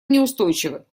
неустойчивы